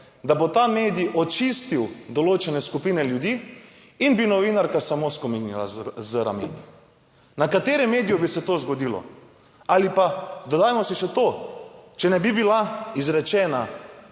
da bo ta medij očistil določene skupine ljudi in bi novinarka samo skomignila z ramen. Na katerem mediju bi se to zgodilo? Ali pa dodajmo si še to, če ne bi bila izrečena